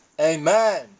amen